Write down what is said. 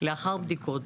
לאחר בדיקות,